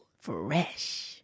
Fresh